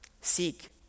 seek